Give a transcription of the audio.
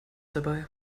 dabei